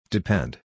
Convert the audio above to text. Depend